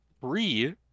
Three